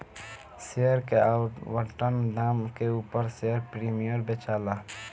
share के आवंटन दाम के उपर शेयर प्रीमियम बेचाला